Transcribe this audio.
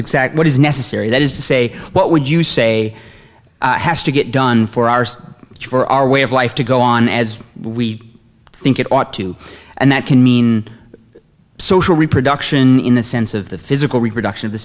exact what is necessary that is to say what would you say has to get done for our search for our way of life to go on as we think it ought to and that can mean social reproduction in the sense of the physical reproduction of